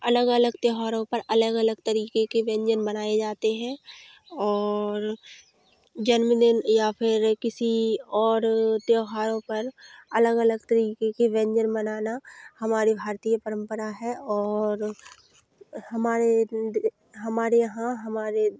अलग अलग त्योहारों पर अलग अलग तरीके के व्यंजन बनाए जाते हैं और जन्मदिन या फिर किसी और जन्मदिन या फिर किसी और त्योहारों पर अलग अलग तरीके के व्यंजन बनाना हमारी भारतीय परम्परा है और हमारे दे हमारे यहाँ हमारे